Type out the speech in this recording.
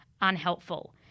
unhelpful